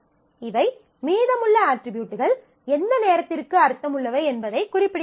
இவை மீதமுள்ள அட்ரிபியூட்கள் எந்த நேரத்திற்கு அர்த்தமுள்ளவை என்பதைக் குறிப்பிடுகின்றன